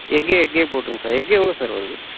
egg எக்கே போட்ருங்க sir egg எவ்வளோ சார் வருது